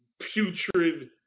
putrid